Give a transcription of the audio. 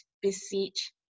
beseech